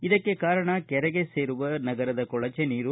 ಇದಕ್ಕೆ ಕಾರಣ ಕೆರೆಗೆ ಸೇರುವ ನಗರದ ಕೊಳಜೆ ನೀರು